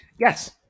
Yes